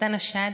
סרטן השד